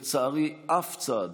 ולצערי, אף צד